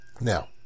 Now